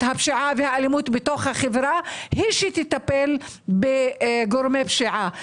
הפשיעה והאלימות בתוך החברה הן שיטפלו בגורמי פשיעה,